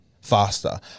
faster